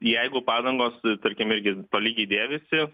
jeigu padangos tarkim irgi tolygiai dėvisi